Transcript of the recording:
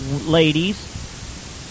ladies